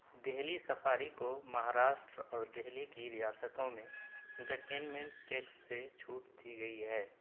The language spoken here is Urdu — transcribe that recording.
دہلی سفاری کو مہاراشٹر اور دہلی کی ریاستوں میں انٹرٹینمنٹ ٹیکس سے چھوٹ دی گئی ہے